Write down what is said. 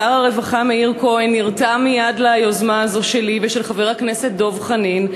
שר הרווחה מאיר כהן נרתם מייד ליוזמה הזאת שלי ושל חבר הכנסת דב חנין,